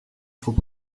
faut